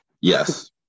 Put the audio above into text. Yes